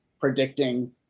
predicting